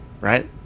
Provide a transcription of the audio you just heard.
right